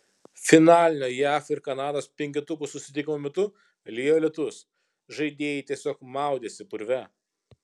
finalinio jav ir kanados penketukų susitikimo metu lijo lietus žaidėjai tiesiog maudėsi purve